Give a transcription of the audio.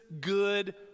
good